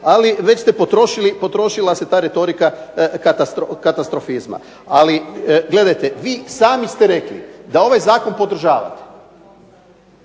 ali već ste potrošili, potrošila se ta retorika katastrofizma. Ali gledajte, vi sami ste rekli da ovaj zakon podržavate,